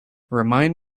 remind